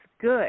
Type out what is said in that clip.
good